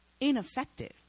ineffective